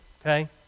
Okay